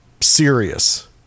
serious